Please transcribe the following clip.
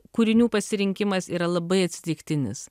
kūrinių pasirinkimas yra labai atsitiktinis